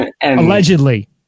Allegedly